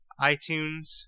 iTunes